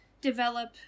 develop